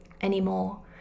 anymore